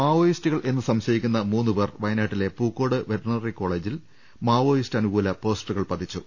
മാവോയിസ്റ്റുകളെന്ന് സംശയിക്കുന്ന മൂന്ന് പേർ വയനാട്ടിലെ പൂക്കോട് വെറ്റിനറി കോളേജിൽ മാവോയിസ്റ്റ് അനുകൂല പോസ്റ്ററുകൾ പതിച്ചു